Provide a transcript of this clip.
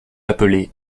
appelés